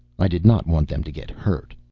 i did not want them to get hurt.